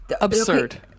absurd